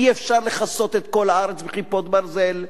אי-אפשר לכסות את כל הארץ ב"כיפות ברזל",